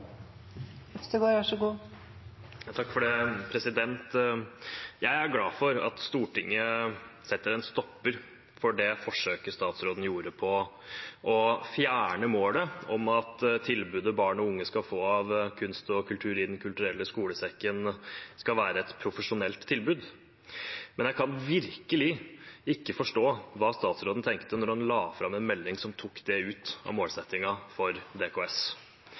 Jeg er glad for at Stortinget setter en stopper for det forsøket statsråden gjorde på å fjerne målet om at tilbudet barn og unge skal få av kunst og kultur i Den kulturelle skolesekken, skal være et profesjonelt tilbud. Jeg kan virkelig ikke forstå hva statsråden tenkte da han la fram en melding som tok det ut av målsettingen for